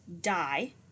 die